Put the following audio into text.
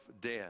death